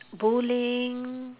bowling